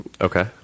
Okay